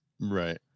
Right